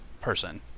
person